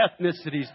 ethnicities